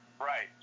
Right